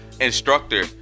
instructor